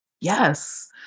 Yes